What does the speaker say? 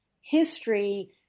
history